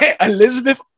Elizabeth